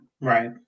Right